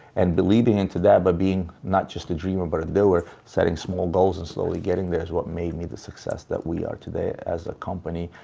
and believing into that, by being not just a dreamer but a doer, setting small goals and slowly getting there, is what made me the success that we are today as a company.